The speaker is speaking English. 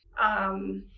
um